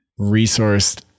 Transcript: resourced